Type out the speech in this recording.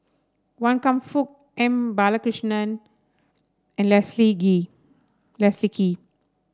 Wan Kam Fook M Balakrishnan and Leslie Gee Leslie Kee